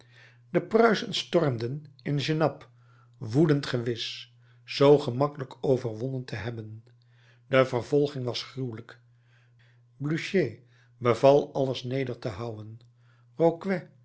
de pruisen stormden in genappe woedend gewis zoo gemakkelijk overwonnen te hebben de vervolging was gruwelijk blücher beval alles neder te houwen